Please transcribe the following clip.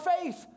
faith